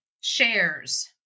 shares